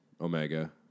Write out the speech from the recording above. Omega